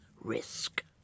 Risk